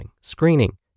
screening